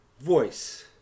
voice